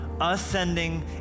ascending